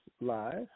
live